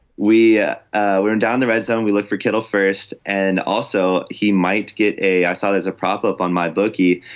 we weren't down the red zone we looked for kittle first and also he might get a i saw it as a prop up on my bookie.